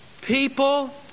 people